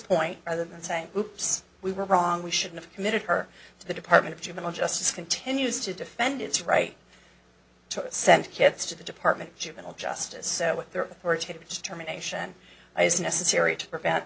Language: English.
point rather than saying whoops we were wrong we should have committed her to the department of juvenile justice continues to defend its right to send kids to the department of juvenile justice so there were two terminations is necessary to prevent